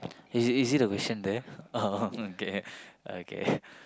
is is it the question there oh okay okay